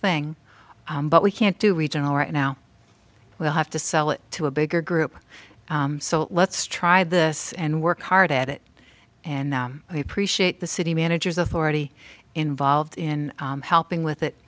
thing but we can't do regional right now we'll have to sell it to a bigger group so let's try this and work hard at it and them we appreciate the city managers authority involved in helping with it